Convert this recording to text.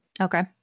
okay